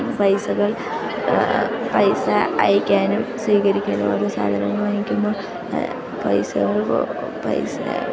പൈസകൾ പൈസ അയക്കാനും സ്വീകരിക്കാനും ഓരോ സാധനങ്ങൾ വാങ്ങിക്കുമ്പോൾ പൈസകൾ പൈസ